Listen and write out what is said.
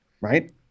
right